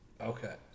Okay